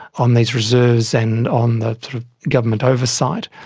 on these reserves and on the sort of government oversight.